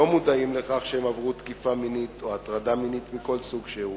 לא מודעים לכך שהם עברו תקיפה מינית או הטרדה מינית מכל סוג שהוא,